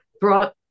brought